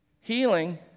Healing